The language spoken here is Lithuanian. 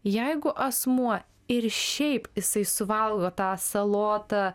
jeigu asmuo ir šiaip jisai suvalgo tą salotą